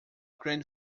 grand